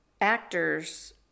actors